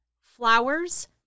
flowers